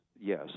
yes